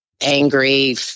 angry